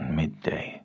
midday